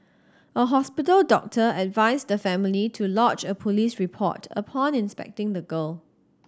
a hospital doctor advised the family to lodge a police report upon inspecting the girl